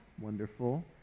wonderful